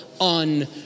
on